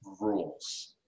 rules